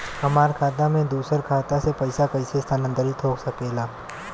हमार खाता में दूसर खाता से पइसा कइसे स्थानांतरित होखे ला?